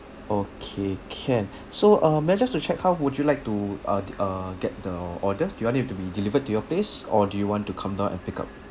okay can so uh may I just to check how would you like to uh ta~ uh get the order do you want it to be delivered to your place or do you want to come down and pick up